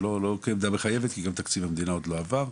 לא כעמדה מחייבת כי גם תקציב המדינה עוד לא עבר,